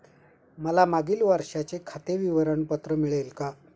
मला मागील वर्षाचे खाते विवरण पत्र मिळेल का?